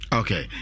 okay